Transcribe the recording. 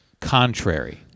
contrary